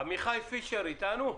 עמיחי פישר איתנו?